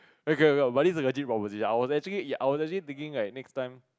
okay okay but this is legit proposition I was actually I was actually thinking like next time